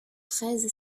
treize